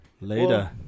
Later